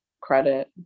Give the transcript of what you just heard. Credit